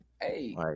Hey